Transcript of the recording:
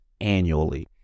annually